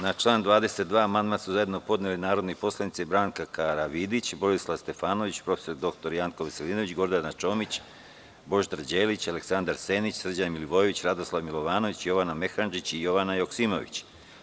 Na član 22. amandman su zajedno podneli narodni poslanici Branka Karavidić, Borislav Stefanović, prof. dr Janko Veselinović, Gordana Čomić, Božidar Đelić, Aleksandar Senić, Srđan Milivojević, Radoslav Milovanović, Jovana Mehandžić i Jovana Joksimović.